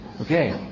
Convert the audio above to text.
Okay